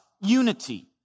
unity